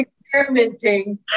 experimenting